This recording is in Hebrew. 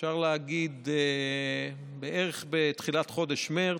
אפשר להגיד, בערך בתחילת חודש מרץ.